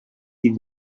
sie